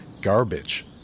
garbage